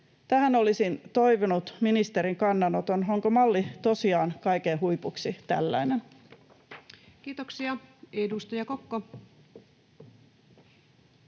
Tähän olisin toivonut ministerin kannanoton, onko malli tosiaan kaiken huipuksi tällainen. [Speech 139]